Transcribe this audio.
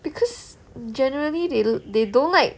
because generally they they don't like